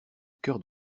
cœur